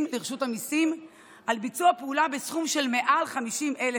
לרשות המיסים על ביצוע פעולה בסכום של מעל 50,000